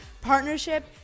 partnership